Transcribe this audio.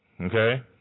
Okay